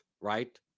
right